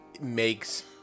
makes